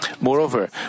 Moreover